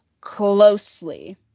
closely